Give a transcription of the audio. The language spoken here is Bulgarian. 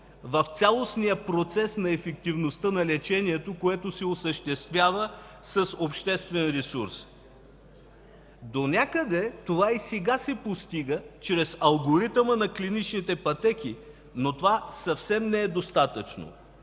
в цялостния процес на ефективността на лечението, което се осъществява с обществен ресурс. Донякъде това и сега се постига чрез алгоритъма на клиничните пътеки, но това съвсем не е достатъчно.